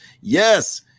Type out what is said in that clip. Yes